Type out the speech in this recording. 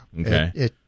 okay